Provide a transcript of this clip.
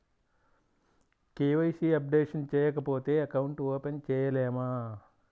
KYC updation చేయకపోతే account open చేయలేమా?